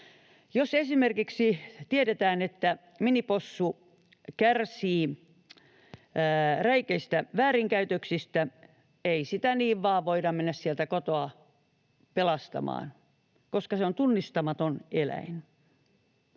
Jos esimerkiksi tiedetään, että minipossu kärsii räikeistä väärinkäytöksistä, ei sitä niin vain voi mennä sieltä kotoa pelastamaan, koska se on tunnistamaton eläin.